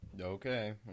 Okay